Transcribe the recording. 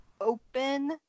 open